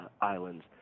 islands